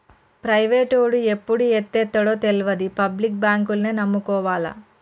ప్రైవేటోడు ఎప్పుడు ఎత్తేత్తడో తెల్వది, పబ్లిక్ బాంకుల్నే నమ్ముకోవాల